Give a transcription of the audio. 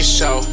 show